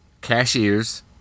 cashiers